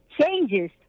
changes